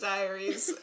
Diaries